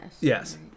Yes